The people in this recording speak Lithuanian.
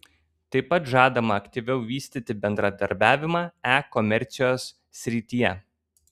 tai pat žadama aktyviau vystyti bendradarbiavimą e komercijos srityje